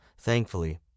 Thankfully